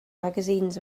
magazines